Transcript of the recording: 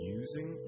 using